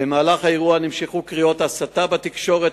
במהלך האירוע נמשכו קריאות הסתה בתקשורת